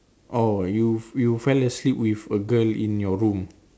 oh you you fell asleep with a girl in your room